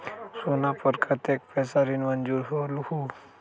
सोना पर कतेक पैसा ऋण मंजूर होलहु?